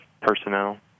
personnel